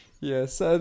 Yes